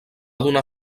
donar